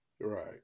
Right